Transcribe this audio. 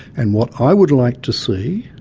and what i would like to see